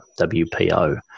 WPO